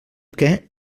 que